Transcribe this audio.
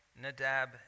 Nadab